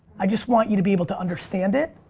i just want you to be able to understand it,